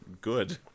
good